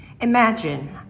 Imagine